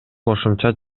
кошумча